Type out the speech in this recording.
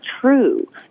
true